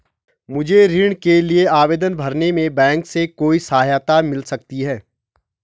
मुझे ऋण के लिए आवेदन भरने में बैंक से कोई सहायता मिल सकती है?